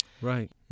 Right